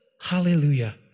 Hallelujah